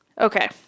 Okay